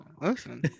listen